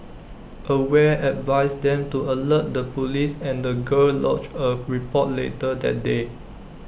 aware advised them to alert the Police and the girl lodged A report later that day